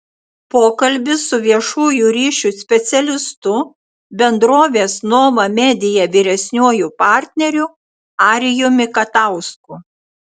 pokalbis su viešųjų ryšių specialistu bendrovės nova media vyresniuoju partneriu arijumi katausku